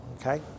okay